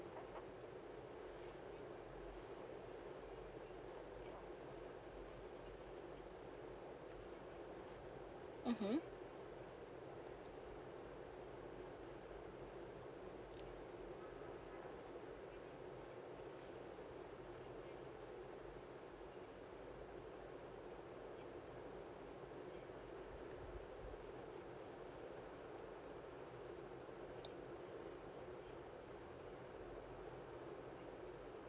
mmhmm